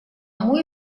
мой